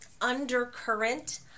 undercurrent